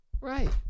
Right